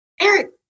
Eric